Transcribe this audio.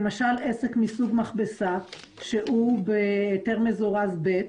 עסק מסוג מכבסה שהוא בהיתר מזורז ב',